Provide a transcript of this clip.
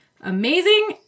amazing